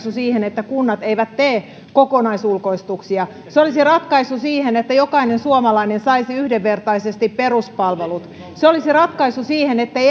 ratkaisu siihen että kunnat eivät tee kokonaisulkoistuksia se olisi ratkaisu siihen että jokainen suomalainen saisi yhdenvertaisesti peruspalvelut se olisi ratkaisu siihen ettei